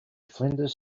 flinders